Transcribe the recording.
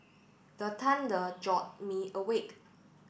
the thunder jolt me awake